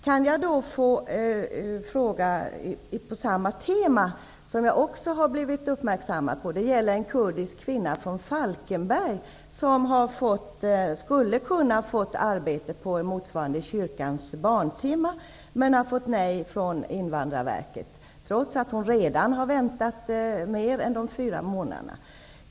Jag har ytterligare frågor på samma tema som gäller problem som jag också har blivit uppmärksammad på. Det gäller en kurdisk kvinna från Falkenberg som skulle ha kunnat få arbete i en verksamhet som motsvarar kyrkans barntimme. Hon har fått nej från Invandrarverket, trots att hon redan har väntat mer än fyra månader.